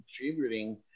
contributing